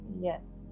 yes